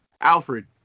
Alfred